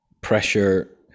pressure